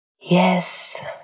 Yes